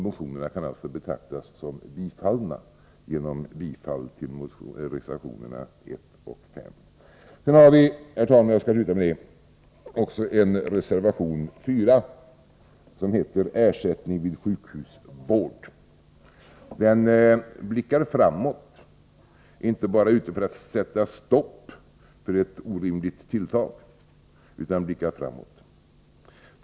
Motionerna kan alltså betraktas som bifallna genom bifall till reservationerna 1 och 5. Sedan, herr talman, har vi också reservation 4 som heter Ersättning vid sjukhusvård. Den blickar framåt. Vi är inte bara ute för att sätta stopp för ett orimligt tilltag utan blickar också framåt.